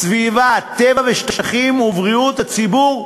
סביבה, טבע ושטחים ובריאות הציבור,